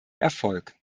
erfolg